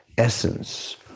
essence